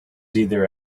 either